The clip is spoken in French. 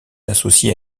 associée